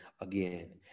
again